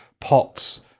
pots